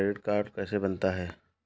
Credit card कैसे बनता है?